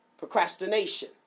procrastination